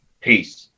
Peace